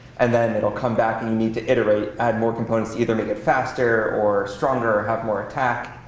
and then it'll come back and you need to iterate, add more components to either make it faster or stronger or have more attack.